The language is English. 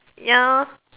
ya